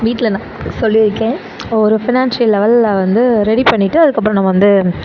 வீட்டில் நான் சொல்லியிருக்கேன் ஒரு ஃபினான்ஸியல் லெவலில் வந்து ரெடி பண்ணிட்டு அதுக்கு அப்பறம் நம்ம வந்து